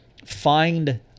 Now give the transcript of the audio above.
find